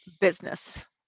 business